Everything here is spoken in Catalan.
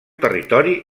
territori